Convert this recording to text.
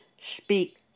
speak